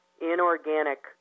inorganic